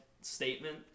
statement